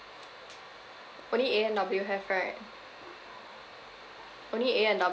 only A and W have right only A and W